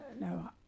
No